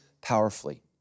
powerfully